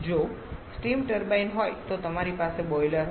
જો steam turbine હોય તો તમારી પાસે બોઈલર હોય